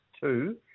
two